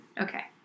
Okay